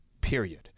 period